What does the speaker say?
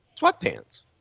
Sweatpants